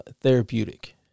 therapeutic